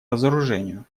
разоружению